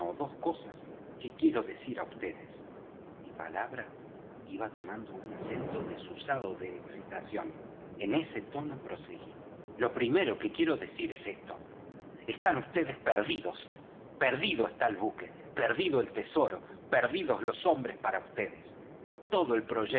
dos cosas que quiero decir á vds mi palabra iba tomando un acento desusado de excitación en ese tono proseguí lo primero que quiero decir es esto están vds perdidos perdido está el buque perdido el tesoro perdidos los hombres para vds todo el